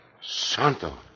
Santo